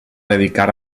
dedicar